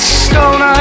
stone